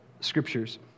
scriptures